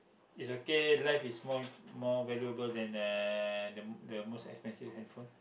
is okay life is more more valuable than the the most expensive handphone